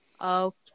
Okay